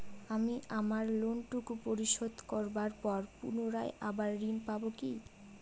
আমি আমার লোন টুকু পরিশোধ করবার পর পুনরায় আবার ঋণ পাবো কি?